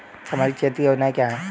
सामाजिक क्षेत्र की योजना क्या है?